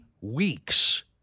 weeks